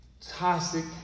toxic